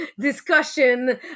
discussion